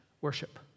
worship